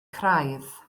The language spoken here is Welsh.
craidd